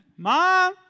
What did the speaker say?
Mom